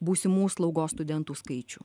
būsimų slaugos studentų skaičių